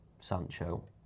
Sancho